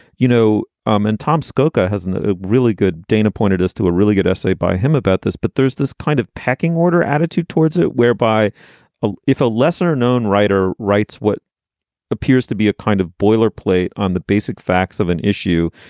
you know, um and tom skorka hasn't really good. dana pointed us to a really good essay by him about this. but there's this kind of pecking order attitude towards it whereby ah if a lesser known writer writes what appears to be a kind of boilerplate on the basic facts of an issue,